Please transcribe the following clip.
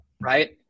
right